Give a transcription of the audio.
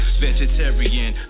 vegetarian